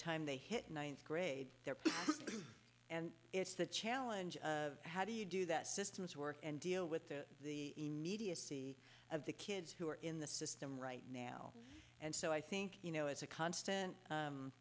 time they hit ninth grade there and it's the challenge how do you do that systems work and deal with the the immediacy of the kids who are in the system right now and so i think you know it's a constant